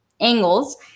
angles